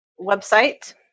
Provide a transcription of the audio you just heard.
website